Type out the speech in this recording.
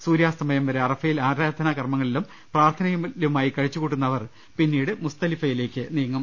സൂര്യാസ്തമയം വരെ അറഫയിൽ ആരാധനാ കർമങ്ങളിലും പ്രാർഥനയിലുമായി കഴിച്ചുകൂട്ടുന്നു അവർ പിന്നീട് മുസ്ദലിഫയിലേക്ക് നീങ്ങും